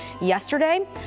yesterday